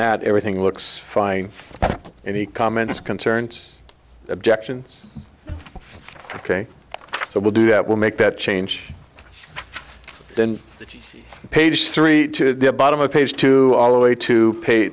that everything looks fine and he comments concerns objections ok so we'll do that will make that change then page three to the bottom of page two all the way to pay